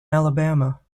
alabama